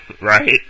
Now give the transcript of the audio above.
Right